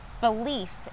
belief